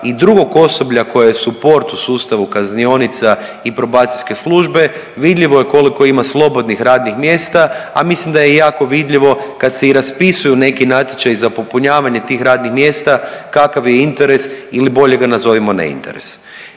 i drugog osoblja koje je suport u sustavu kaznionica i probacijske službe. Vidljivo je koliko ima slobodnih radnih mjesta, a mislim da je i jako vidljivo kad se i raspisuju neki natječaji za popunjavanje tih radnih mjesta kakav je interes ili bolje ga nazovimo ne interes.